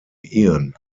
ian